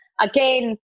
again